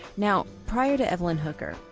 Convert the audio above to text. now prior to evelyn hooker,